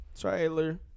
trailer